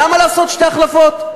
למה לעשות שתי החלפות?